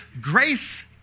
grace